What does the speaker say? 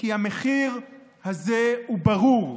כי המחיר הזה הוא ברור: